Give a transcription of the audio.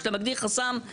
כשאתה מגדיר חסם,